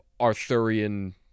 Arthurian